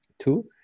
Two